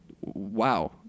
wow